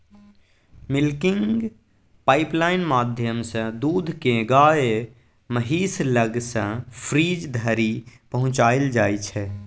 milking pipeline माध्यमसँ दुध केँ गाए महीस लग सँ फ्रीज धरि पहुँचाएल जाइ छै